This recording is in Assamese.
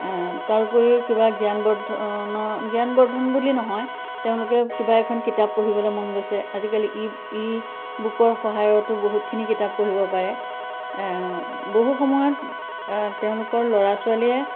তাৰোপৰি কিবা জ্ঞান বৰ্ধনৰ জ্ঞান বৰ্ধন বুলি নহয় তেওঁলোকে কিবা এখন কিতাপ পঢ়িবলৈ মন গৈছে আজি ই ই বুকৰ সহায়তো বহুতখিনি কিতাপ পঢ়িব পাৰে বহু সময়ত তেওঁলোকৰ ল'ৰা ছোৱালীয়ে